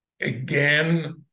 again